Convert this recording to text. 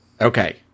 Okay